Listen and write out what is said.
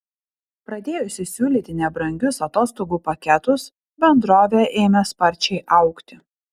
pradėjusi siūlyti nebrangius atostogų paketus bendrovė ėmė sparčiai augti